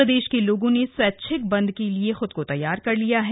प्रदेश के लोगों ने स्वैच्छिक बंद के लिए ख्द को तैयार कर लिया है